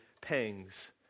pangs